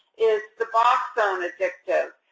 is suboxone addictive?